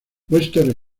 western